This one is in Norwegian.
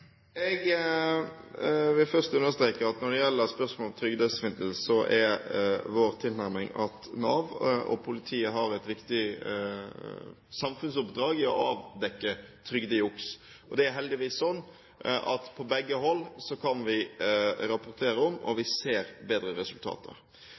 Jeg vil først understreke at når det gjelder spørsmål om trygdesvindel, er vår tilnærming at Nav og politiet har et viktig samfunnsoppdrag i å avdekke trygdejuks. Det er heldigvis sånn at på begge hold kan vi rapportere om